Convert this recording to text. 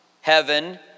heaven